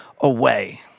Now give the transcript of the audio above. away